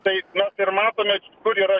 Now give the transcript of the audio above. tai mes ir matome kur yra